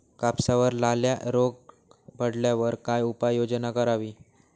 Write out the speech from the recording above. कापसावर लाल्या रोग पडल्यावर काय उपाययोजना करावी?